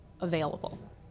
available